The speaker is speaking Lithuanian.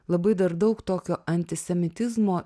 labai dar daug tokio antisemitizmo